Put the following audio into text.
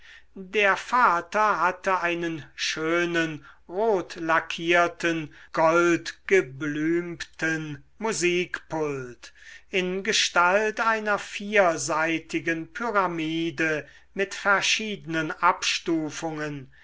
der vater hatte einen schönen rotlackierten goldgeblümten musikpult in gestalt einer vierseitigen pyramide mit verschiedenen abstufungen